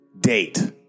date